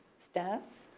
staff.